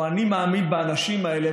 או אני מאמין באנשים האלה,